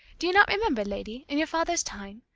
do you not remember, lady, in your father's time,